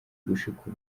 gushika